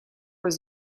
was